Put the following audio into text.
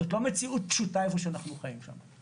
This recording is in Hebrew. זאת לא מציאות פשוטה, איפה שאנחנו חיים, שם.